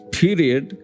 period